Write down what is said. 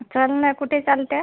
चल ना कुठे चलते आहे